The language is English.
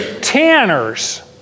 Tanners